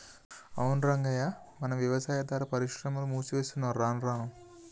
అవును రంగయ్య మన యవసాయాదార పరిశ్రమలు మూసేత్తున్నరు రానురాను